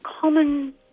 Common